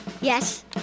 Yes